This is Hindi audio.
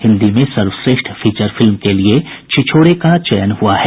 हिन्दी में सर्वश्रेष्ठ फीचर फिल्म के लिए छिछोरे का चयन हुआ है